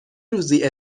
روزی